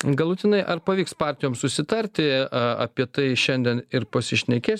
galutinai ar pavyks partijom susitarti apie tai šiandien ir pasišnekės